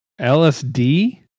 LSD